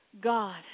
God